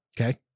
Okay